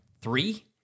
three